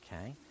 Okay